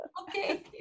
Okay